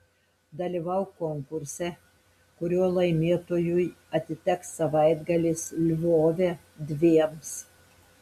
dalyvauk konkurse kurio laimėtojui atiteks savaitgalis lvove dviems